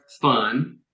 fun